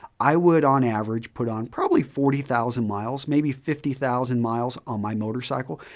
i would, on average, put on probably forty thousand miles, maybe fifty thousand miles on my motorcycle.